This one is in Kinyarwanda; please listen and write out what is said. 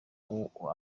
ngo